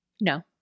No